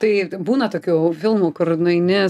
tai būna tokių filmų kur nueini